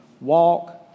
Walk